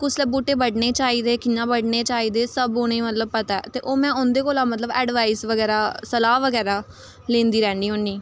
कुसलै बूह्टे बड्डने चाहिदे कि'यां बड्डने चाहिदे सब उ'नेंगी मतलब पता ऐ ओह् में उं'दे कोला मतलब ऐडवाइस बगैरा सलाह् बगैरा लैंदी रैह्नी होन्नी